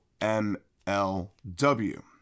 MLW